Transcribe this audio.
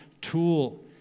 tool